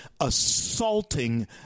assaulting